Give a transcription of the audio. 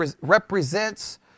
represents